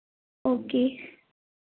okay